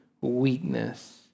weakness